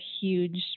huge